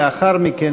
לאחר מכן,